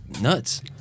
nuts